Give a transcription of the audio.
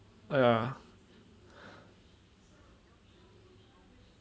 ya